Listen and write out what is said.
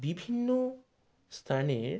বিভিন্ন স্তানের